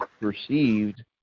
perceived